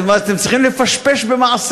אז מה, אתם צריכים לפשפש במעשיכם.